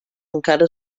encara